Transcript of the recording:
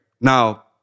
Now